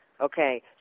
Okay